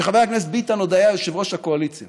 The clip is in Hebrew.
כשחבר הכנסת ביטן עוד היה יושב-ראש הקואליציה